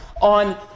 on